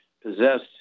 possessed